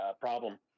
problem